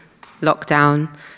lockdown